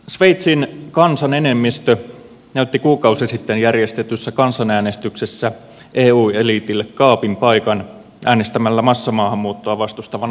sveitsin kansan enemmistö näytti kuukausi sitten järjestetyssä kansanäänestyksessä eu eliitille kaapin paikan äänestämällä massamaahanmuuttoa vastustavan aloitteen puolesta